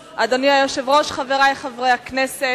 היושב-ראש, חברי חברי הכנסת,